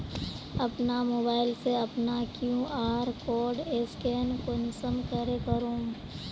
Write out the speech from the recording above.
अपना मोबाईल से अपना कियु.आर कोड स्कैन कुंसम करे करूम?